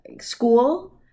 school